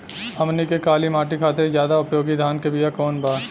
हमनी के काली माटी खातिर ज्यादा उपयोगी धान के बिया कवन बा?